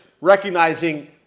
recognizing